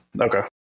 Okay